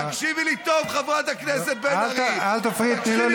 תקשיבי לי טוב, חברת הכנסת בן ארי, אל תפריעי.